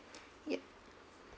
yup